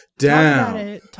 Down